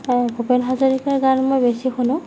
অ ভূপেন হাজৰীকাৰ গান মই বেছি শুনো